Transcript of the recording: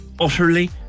Utterly